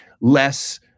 less